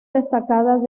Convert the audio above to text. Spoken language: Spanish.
destacadas